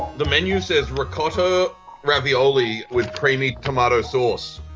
the menu says ricotta ravioli with creamy tomato sauce.